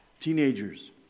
Teenagers